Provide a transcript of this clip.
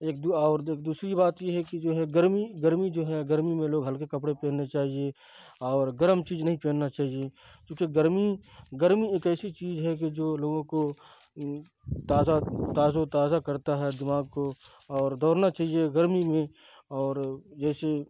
ایک دو اور ایک دوسری بات یہ ہے کہ جو ہے گرمی گرمی جو ہے گرمی میں لوگ ہلکے کپڑے پہننے چاہیے اور گرم چیز نہیں پہننا چاہیے چونکہ گرمی گرمی ایک ایسی چیز ہے کہ جو لوگوں کو تازہ تازو تازہ کرتا ہے دماگ کو اور دوڑنا چاہیے گرمی میں اور جیسے